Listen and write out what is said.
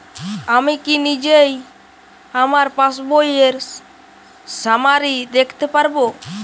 আমি কি নিজেই আমার পাসবইয়ের সামারি দেখতে পারব?